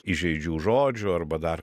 įžeidžių žodžių arba dar